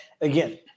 again